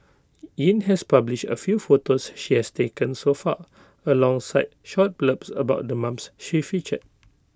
yin has publish A few photos she has taken so far alongside short blurbs about the moms she featured